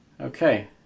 Okay